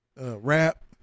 rap